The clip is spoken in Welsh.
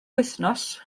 wythnos